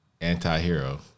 Anti-hero